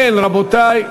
אין רבותי.